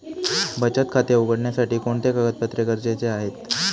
बचत खाते उघडण्यासाठी कोणते कागदपत्रे गरजेचे आहे?